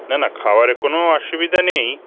না না খাওয়ারে কোনও অসুবিধা নেই